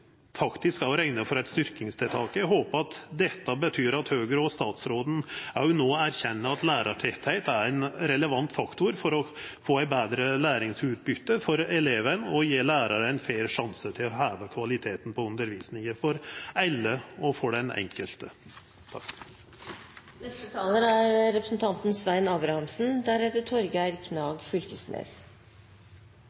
faktisk er å rekna for eit styrkingstiltak. Eg håper det betyr at Høgre og statsråden òg no erkjenner at lærartettleik er ein relevant faktor for å få betre læringsutbyte for eleven og gje læraren ein fair sjanse til å heva kvaliteten på undervisninga – for alle og for den enkelte.